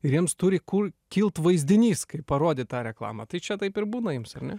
ir jiems turi kur kilt vaizdinys kaip parodyt tą reklamą tai čia taip ir būna jums ar ne